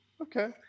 Okay